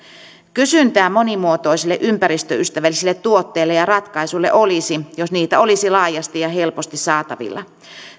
kysyntää monimuotoisille ympäristöystävällisille tuotteille ja ratkaisuille olisi jos niitä olisi laajasti ja ja helposti saatavilla